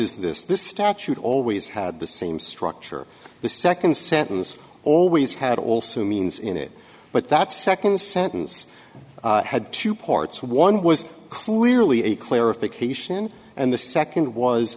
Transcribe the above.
is this this statute always had the same structure the second sentence always had also means in it but that second sentence had two parts one was clearly a clarification and the second was